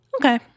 Okay